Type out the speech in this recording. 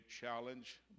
challenge